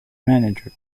manager